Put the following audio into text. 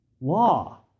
law